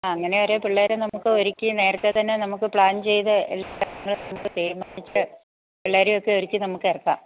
അങ്ങനെ ഓരോ പിള്ളേരെ നമുക്ക് ഒരുക്കി നേരത്തെ തന്നെ നമുക്ക് പ്ലാൻ ചെയ്ത് എല്ലാവർക്കും കൂടെ തീരുമാനിച്ച് പിള്ളേരെയൊക്കെ ഒരുക്കി നമുക്ക് ഇറങ്ങാം